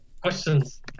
questions